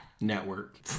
Network